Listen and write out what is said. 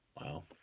Wow